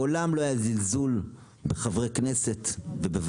מעולם לא היה זלזול כזה בחברי כנסת ובוועדה.